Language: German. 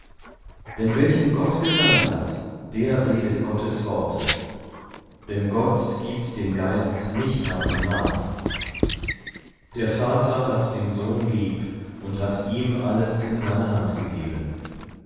denn welchen gott gesandt hat der redet gottes worte denn gott gibt den geist nicht nach dem maß der vater hat den sohn lieb und hat ihm alles in seine hand gegeben